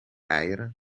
eieren